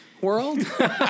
world